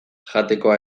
jatekoa